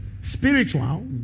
spiritual